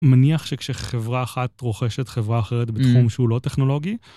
מניח שכשחברה אחת רוכשת חברה אחרת בתחום שהוא לא טכנולוגי?